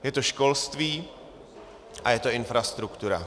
Je to školství a je to infrastruktura.